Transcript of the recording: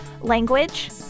language